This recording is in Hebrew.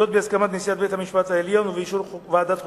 זאת בהסכמת נשיאת בית-המשפט העליון ובאישור ועדת החוקה,